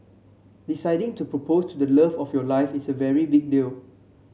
deciding to propose to the love of your life is a very big deal